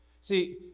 See